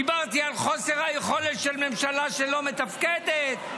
דיברתי על חוסר היכולת של ממשלה שלא מתפקדת.